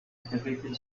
motivated